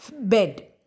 bed